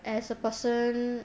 as a person